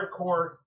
hardcore